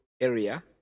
area